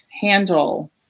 handle